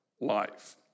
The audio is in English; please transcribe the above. life